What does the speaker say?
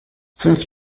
fünf